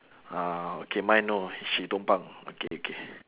orh okay mine no she tumpang okay okay